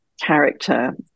character